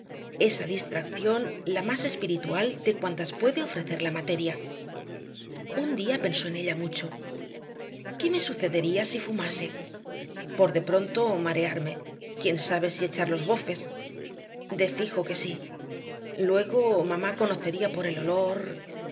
esa distracción la más espiritual de cuantas puede ofrecer la materia un día pensó en ella mucho qué me sucedería si fumase por de pronto marearme quién sabe si echar los bofes de fijo que sí luego mamá conocería por el olor